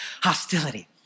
hostility